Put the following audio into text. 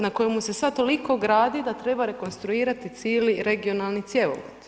Na kojemu se sad toliko gradi da treba rekonstruirati cijeli regionalni cjevovod.